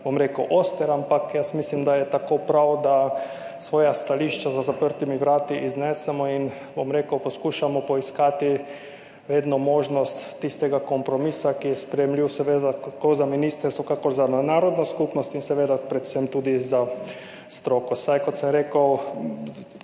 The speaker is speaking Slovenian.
bom rekel, oster, ampak jaz mislim, da je tako prav, da svoja stališča za zaprtimi vrati iznesemo in poskušamo poiskati vedno možnost tistega kompromisa, ki je sprejemljiv seveda tako za ministrstvo kakor za narodno skupnost in seveda predvsem tudi za stroko. Saj kot sem rekel,